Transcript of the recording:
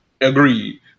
Agreed